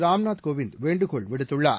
ராம்நாத் கோவிந்த் வேண்டுகோள் விடுத்துள்ளார்